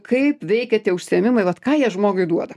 kaip veikia tie užsiėmimai vat ką jie žmogui duoda